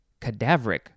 cadaveric